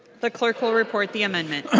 the clerk will report the amendment.